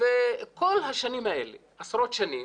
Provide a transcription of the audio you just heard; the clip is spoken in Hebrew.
כל השנים האלה, עשרות שנים,